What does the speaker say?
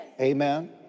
Amen